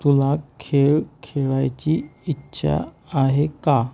तुला खेळ खेळायची इच्छा आहे का